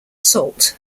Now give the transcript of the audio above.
salt